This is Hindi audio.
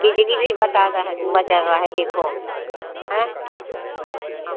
बिजली भी बताता है मदर वाह देखो हैं हाँ